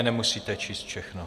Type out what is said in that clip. Nemusíte číst všechny.